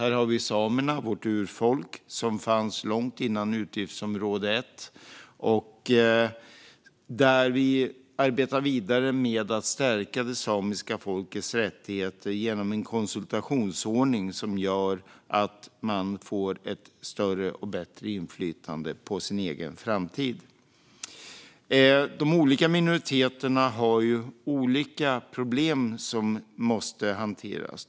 Här finns samerna, vårt urfolk, som fanns långt innan utgiftsområde 1 kom till. Vi arbetar vidare med att stärka det samiska folkets rättigheter genom en konsultationsordning som gör att man får ett större och bättre inflytande över den egna framtiden. De olika minoriteterna har olika problem som måste hanteras.